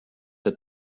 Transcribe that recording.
der